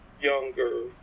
younger